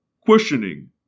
questioning